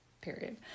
period